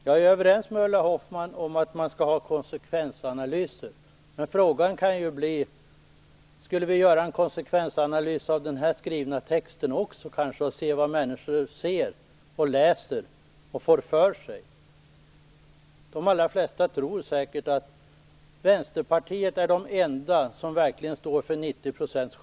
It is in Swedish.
Jag är överens med Ulla Hoffmann att man skall ha konsekvensanalyser. Men frågan är: Skall vi kanske också göra en konsekvensanalys av den skrivna texten i reservationen för att få reda på vad människor ser, läser och får för sig? De allra flesta tror säkert att Vänsterpartiet är det enda parti som verkligen står för 80 %.